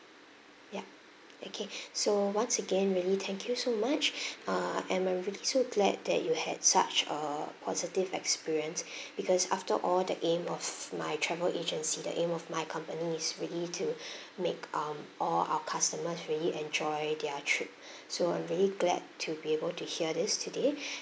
yup okay so once again really thank you so much uh and I'm really so glad that you had such a positive experience because after all the aim of my travel agency the aim of my company is really to make um all our customers really enjoyed their trip so I'm really glad to be able to hear this today